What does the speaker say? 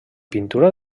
pintura